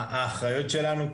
האחריות שלנו,